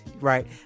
right